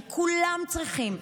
כי כולם צריכים,